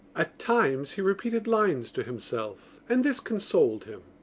at times he repeated lines to himself and this consoled him.